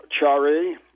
Chari